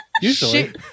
usually